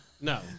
No